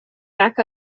back